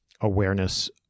awareness